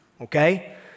okay